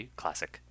classic